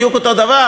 בדיוק אותו דבר?